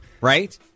right